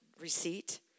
receipt